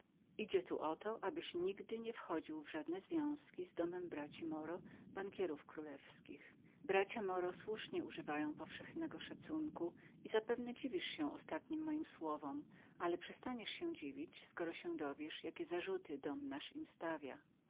idzie tu oto abyś nigdy nie wchodził w związki z domem braci moro bankierów królewskich bracia moro słusznie używają powszechnego szacunku i zapewne dziwisz się ostatnim moim słowom ale daleko więcej się zadziwisz skoro się dowiesz jakie zarzuty dom nasz